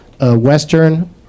Western